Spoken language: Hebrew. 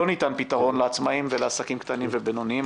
ניתן פתרון לעצמאים ולעסקים קטנים ובינוניים.